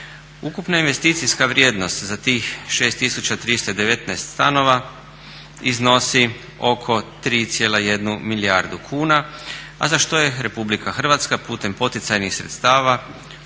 Ukupna investicijska vrijednost za tih 6319 stanova iznosi oko 3,1 milijardu kuna a za što je Republika Hrvatska putem poticajnih sredstava uložila